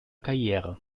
karriere